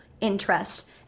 interest